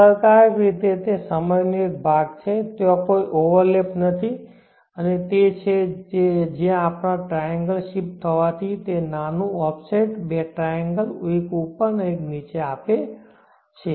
અસરકારક રીતે તે સમયનો એક ભાગ છે ત્યાં કોઈ ઓવરલેપ નથી અને તે છે જે આપણા ટ્રાયેન્ગલ શિફ્ટ થવાથી તે નાનું ઓફસેટ બે ટ્રાયેન્ગલ એક ઉપર અને એક નીચે આપે છે